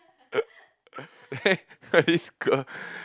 then got this girl